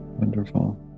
Wonderful